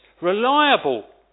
reliable